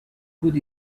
good